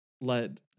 let